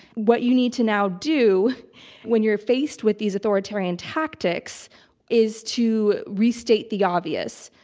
what you need to now do when you're faced with these authoritarian tactics is to restate the obvious,